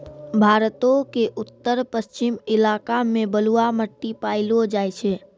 भारतो के उत्तर पश्चिम इलाका मे बलुआ मट्टी पायलो जाय छै